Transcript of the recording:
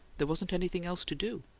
there wasn't anything else to do.